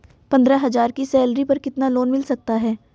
पंद्रह हज़ार की सैलरी पर कितना लोन मिल सकता है?